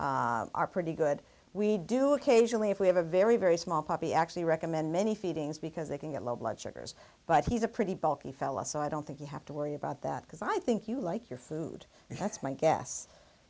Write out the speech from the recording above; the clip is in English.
ones are pretty good we do occasionally if we have a very very small poppy actually recommend many feedings because they can get low blood sugars but he's a pretty bulky fella so i don't think you have to worry about that because i think you like your food and that's my guess